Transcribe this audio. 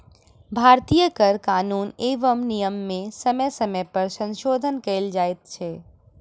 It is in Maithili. भारतीय कर कानून एवं नियम मे समय समय पर संशोधन कयल जाइत छै